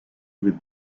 with